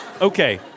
Okay